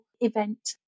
event